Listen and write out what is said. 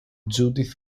judith